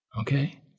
Okay